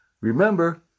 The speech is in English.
Remember